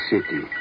City